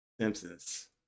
Simpsons